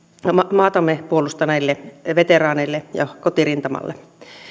maatamme puolustaneille veteraaneille ja kotirintamalle